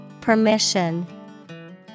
Permission